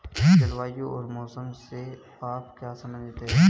जलवायु और मौसम से आप क्या समझते हैं?